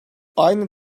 aynı